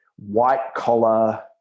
white-collar